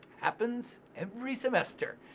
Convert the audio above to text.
happens every semester.